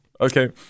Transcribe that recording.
Okay